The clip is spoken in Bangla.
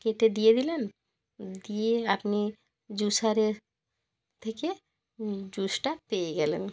কেটে দিয়ে দিলেন দিয়ে আপনি জুসারের থেকে জুসটা পেয়ে গেলেন